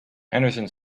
henderson